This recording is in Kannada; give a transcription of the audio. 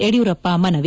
ಯೆಡಿಯೂರಪ್ಪ ಮನವಿ